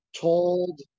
told